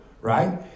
right